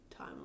timeline